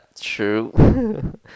true